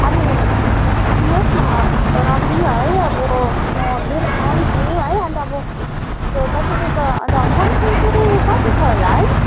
अनि सुन्नुहोस् न तर पनि है अब म लिएर त आउँछु है अन्त अब तपाईँको त अन्त मन्थली चाहिँ कति छ होला है